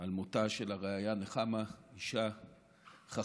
על מותה של הרעיה נחמה אישה חכמה,